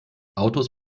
autos